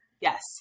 Yes